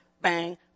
Bang